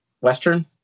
Western